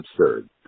absurd